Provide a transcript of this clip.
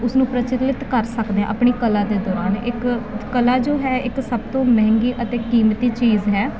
ਉਸਨੂੰ ਪ੍ਰਚਲਿਤ ਕਰ ਸਕਦੇ ਹਾਂ ਆਪਣੀ ਕਲਾ ਦੇ ਦੌਰਾਨ ਇੱਕ ਕਲਾ ਜੋ ਹੈ ਇੱਕ ਸਭ ਤੋਂ ਮਹਿੰਗੀ ਅਤੇ ਕੀਮਤੀ ਚੀਜ਼ ਹੈ